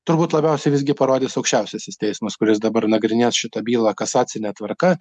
turbūt labiausiai visgi parodys aukščiausiasis teismas kuris dabar nagrinės šitą bylą kasacine tvarka